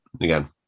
again